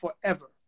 forever